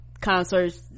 concerts